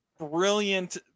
brilliant